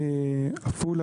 עפולה,